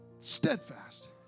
Steadfast